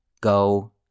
go